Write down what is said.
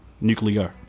nuclear